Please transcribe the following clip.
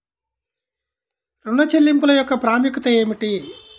ఋణ చెల్లింపుల యొక్క ప్రాముఖ్యత ఏమిటీ?